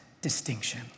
distinction